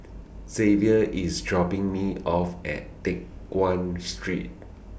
Zavier IS dropping Me off At Teck Guan Street